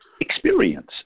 experience